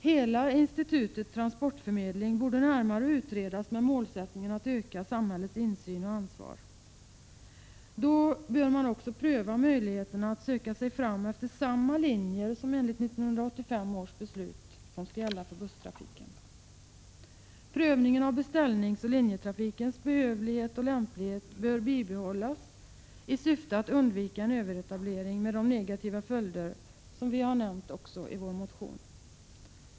Hela institutet transportförmedling borde närmare utredas med målsättningen att öka samhällets insyn och ansvar. Därvid bör man också pröva möjligheterna att söka sig fram efter samma linjer som enligt 1985 års beslut skall gälla för busstrafiken. Prövningen av beställningsoch linjetrafikens behövlighet och lämplighet bör bibehållas i syfte att undvika en överetablering med de negativa följder som vi också har nämnt i vår motion.